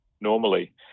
normally